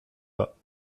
pas